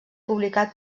publicat